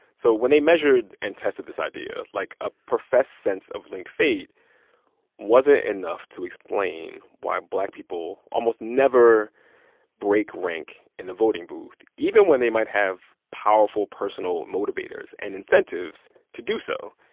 so when they measured and tested this idea, like, a professed sense of linked fate wasn't enough to explain why black people almost never break rank in the voting booth, even when they might have powerful personal motivators and incentives to do so.